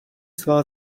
svá